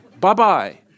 bye-bye